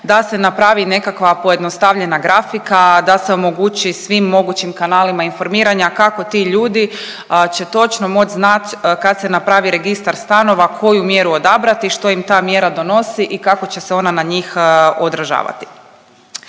da se napravi nekakva pojednostavljena grafika, da se omogući svim mogućim kanalima informiranja kako ti ljudi će točno moć znat kad se napravi registar stanova koju mjeru odabrati, što im ta mjera donosi i kako će se ona na njih odražavati.